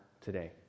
today